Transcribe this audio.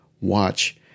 watch